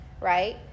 Right